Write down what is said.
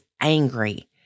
angry